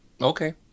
Okay